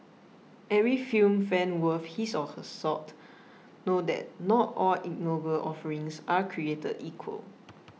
every film fan worth his or her salt know that not all ignoble offerings are created equal